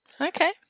Okay